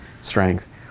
strength